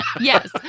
Yes